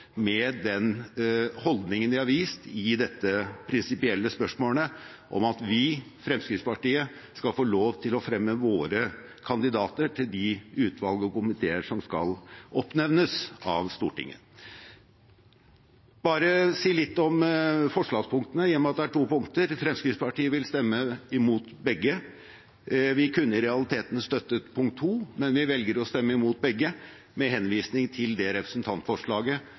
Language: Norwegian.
med den holdningen de har vist i disse prinsipielle spørsmålene, om at vi, Fremskrittspartiet, skal få lov til å fremme våre kandidater til de utvalg og komiteer som skal oppnevnes av Stortinget. Jeg skal si litt om punktene i forslaget, i og med at det er to punkter: Fremskrittspartiet vil stemme imot begge. Vi kunne i realiteten støttet punkt nr. 2, men vi velger å stemme imot begge, med henvisning til det representantforslaget